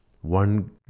One